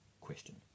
question